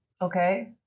Okay